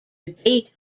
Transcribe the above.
debate